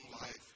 life